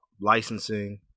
licensing